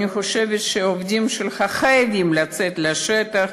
אני חושבת שהעובדים שלך חייבים לצאת לשטח,